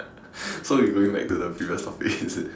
so you going back to the previous topic is it